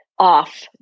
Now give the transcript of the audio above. off